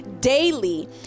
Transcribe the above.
daily